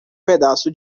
pedaço